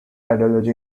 ideology